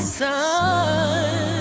sun